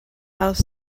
house